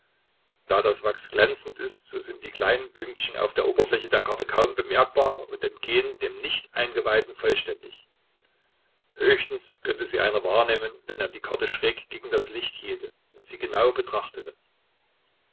da das wachs glänzend ist so sind die kleinen pünktchen auf der oberfläche der karten kaum bemerkbar und entgehen den nicht eingeweihten vollständig höchstens könnte sie einer wahrnehmen wenn er die karten schräg gegen das licht hielte und sie genau betrachtete